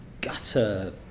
gutter